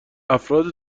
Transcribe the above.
افراد